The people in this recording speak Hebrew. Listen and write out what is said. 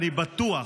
אני בטוח,